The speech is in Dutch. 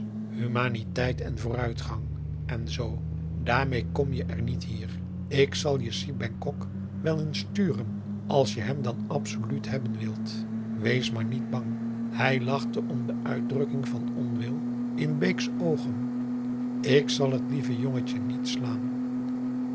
humaniteit en vooruitgang en zoo daar mee kom je er niet hier ik zal je si bengkok wel eens sturen als je hem dan absoluut hebben wilt wees maar niet bang hij lachte om de uitdrukking van onwil in bake's oogen ik zal het lieve jongetje niet slaan